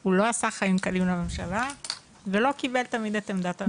הוא לא עשה חיים קלים לממשלה ולא קיבל תמיד את עמדת הממשלה.